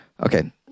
Okay